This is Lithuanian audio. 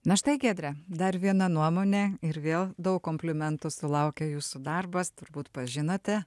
na štai giedre dar viena nuomonė ir vėl daug komplimentų sulaukia jūsų darbas turbūt pažinote